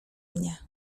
mnie